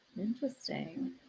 Interesting